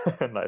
Nice